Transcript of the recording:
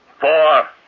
four